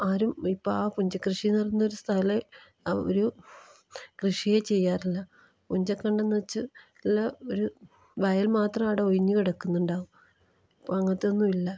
ആരും ഇപ്പം ആ പുഞ്ചക്കൃഷിയെന്ന് പറഞ്ഞ സ്ഥലം ഒരു കൃഷിയേ ചെയ്യാറില്ല പുഞ്ച കണ്ടമെന്ന് വച്ച് ഉള്ള ഒരു വയൽ മാത്രം അവിടെ ഒഴിഞ്ഞ് കിടക്കുന്നുണ്ടാകും ഇപ്പോഴങ്ങനത്തെ ഒന്നും ഇല്ല